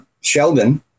Sheldon